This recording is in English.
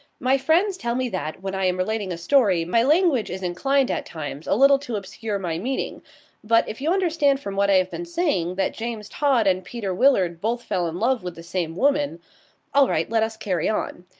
my friends tell me that, when i am relating a story, my language is inclined at times a little to obscure my meaning but, if you understand from what i have been saying that james todd and peter willard both fell in love with the same woman all right, let us carry on.